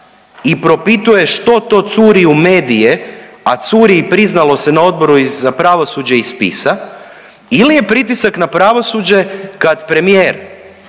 i propisuje što to curi u medije, a curi i priznalo se na Odboru za pravosuđe iz spisa ili je pritisak na pravosuđe kad premijer